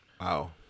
Wow